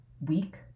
week